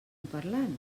parlant